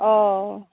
অঁ